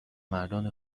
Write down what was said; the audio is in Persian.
مردان